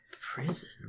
Prison